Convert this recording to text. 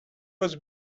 was